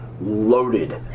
loaded